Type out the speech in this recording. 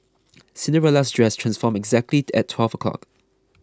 Cinderella's dress transformed exactly at twelve o'clock